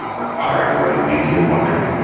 or hiring the right vp of marketing.